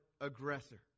aggressor